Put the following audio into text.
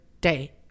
day